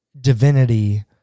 divinity